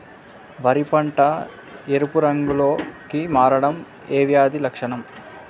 వరి పంట ఎరుపు రంగు లో కి మారడం ఏ వ్యాధి లక్షణం?